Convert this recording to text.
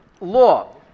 law